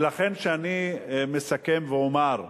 לכן אני אסכם ואומר: